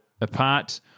apart